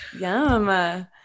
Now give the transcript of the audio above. Yum